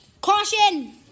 Caution